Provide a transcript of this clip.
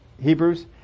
Hebrews